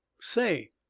say